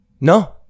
No